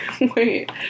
Wait